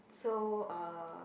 so uh